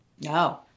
no